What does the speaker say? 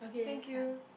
thank you